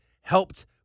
helped